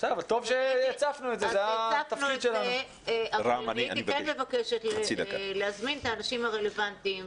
אני הייתי מבקשת להזמין את האנשים הרלוונטיים,